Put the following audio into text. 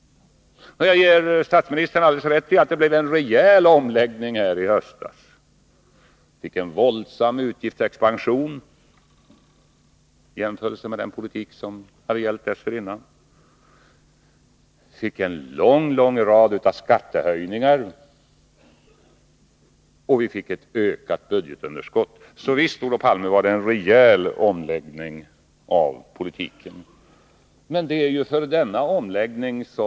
Jag ger statsministern alldeles rätt i att det blev en rejäl omläggning i höstas: Vilken våldsam utgiftsexpansion i jämförelse med den politik som hade gällt dessförinnan! Vi fick en lång rad skattehöjningar, och vi fick ett ökat budgetunderskott. Så visst var det en rejäl omläggning av politiken, Olof Palme.